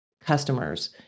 customers